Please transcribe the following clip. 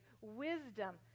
wisdom